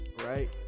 right